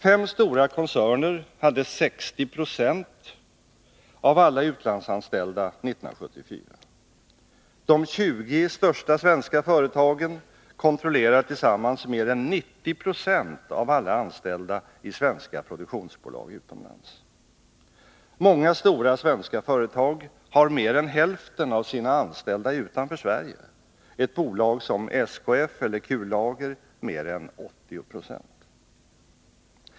Fem stora koncerner hade 60 90 av alla utlandsanställda 1974. De 20 största svenska företagen kontrollerade tillsammans mer än 90 9 av alla anställda i svenska produktionsbolag utomlands. Många stora svenska företag har mer än hälften av sina anställda utanför Sverige, ett bolag som SKF mer än 80 Ho.